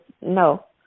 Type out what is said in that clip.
no